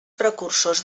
precursors